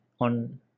on